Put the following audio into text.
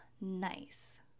nice